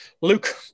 Luke